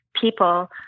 people